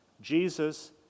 Jesus